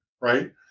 right